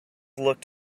looked